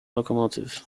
locomotive